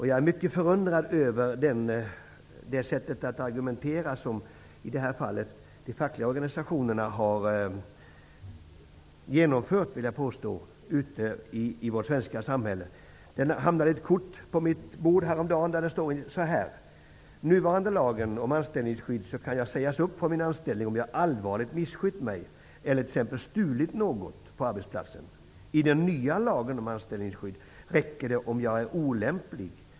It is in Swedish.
Jag är mycket förundrad över den argumentation som de fackliga organisationerna i vårt svenska samhälle i det här fallet har drivit. Häromdagen låg det ett kort på mitt bord. Där stod: Med den nuvarande lagen om anställningsskydd kan jag sägas upp från min anställning om jag allvarligt misskött mig eller t.ex. stulit något på arbetsplatsen. I den nya lagen om anställningsskydd räcker det om jag är olämplig.